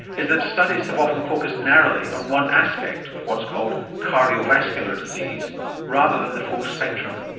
is that studies have often focussed narrowly on one aspect of what's called cardiovascular disease rather than the full spectrum.